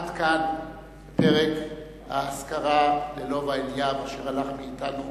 עד כאן פרק האזכרה ללובה אליאב, אשר הלך מאתנו